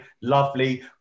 Lovely